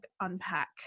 unpack